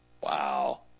Wow